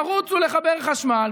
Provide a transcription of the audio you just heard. וירוצו לחבר חשמל.